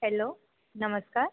hello નમસ્કાર